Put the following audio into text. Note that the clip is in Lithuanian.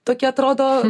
tokie atrodo